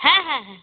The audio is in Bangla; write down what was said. হ্যাঁ হ্যাঁ হ্যাঁ